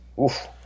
Oof